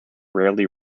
rarely